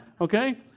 okay